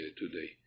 today